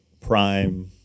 prime